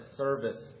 service